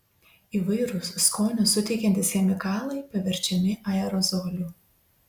įvairūs skonio suteikiantys chemikalai paverčiami aerozoliu